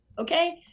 Okay